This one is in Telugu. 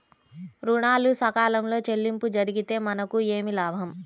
ఋణాలు సకాలంలో చెల్లింపు జరిగితే మనకు ఏమి లాభం?